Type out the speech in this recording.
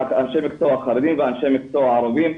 לאנשי מקצוע חרדים ואנשי מקצוע ערבים,